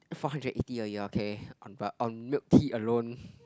four hundred eighty a year okay on ba~ on milk tea alone